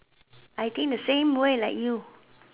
I think the same way like you